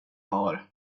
har